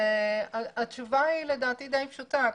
התשובה לדעתי היא די פשוטה.